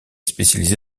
spécialisé